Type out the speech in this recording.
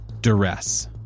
duress